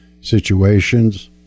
situations